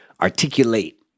articulate